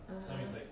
(uh huh)